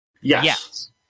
Yes